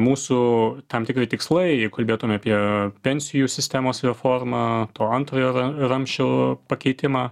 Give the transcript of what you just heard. mūsų tam tikri tikslai jeigu kalbėtume apie pensijų sistemos reformą to antrojo ra ramsčio pakeitimą